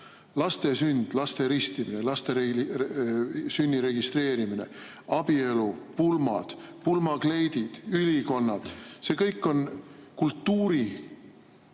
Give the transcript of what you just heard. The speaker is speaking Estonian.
laste sünd, laste ristimine, laste sünni registreerimine, abielu, pulmad, pulmakleidid, ‑ülikonnad. See kõik on